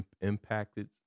impacted